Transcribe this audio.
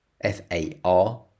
F-A-R